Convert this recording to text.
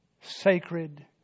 sacred